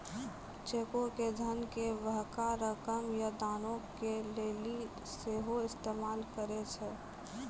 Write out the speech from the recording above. चेको के धन के बड़का रकम या दानो के लेली सेहो इस्तेमाल करै छै